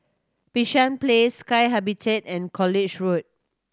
Bishan Place Sky Habitat and College Road